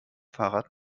fahrrad